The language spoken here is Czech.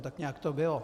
Tak nějak to bylo.